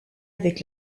avec